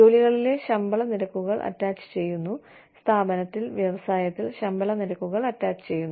ജോലികളിലെ ശമ്പള നിരക്കുകൾ അറ്റാച്ച് ചെയ്യുന്നു സ്ഥാപനത്തിൽ വ്യവസായത്തിൽ ശമ്പള നിരക്കുകൾ അറ്റാച്ചുചെയ്യുന്നു